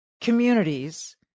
communities